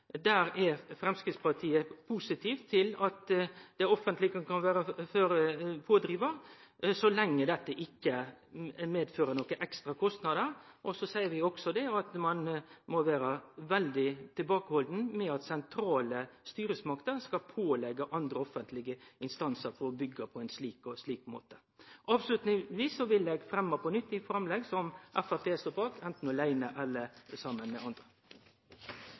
Framstegspartiet er positiv til at det offentlege kan vere pådrivar, så lenge dette ikkje medfører ekstra kostnader. Vi seier også at sentrale styresmakter må vere veldig tilbakehaldne med å påleggje andre offentlege instansar å byggje på ein spesiell måte. Avslutningsvis vil eg fremme dei forslaga som Framstegspartiet står bak, enten aleine eller saman med andre.